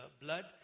blood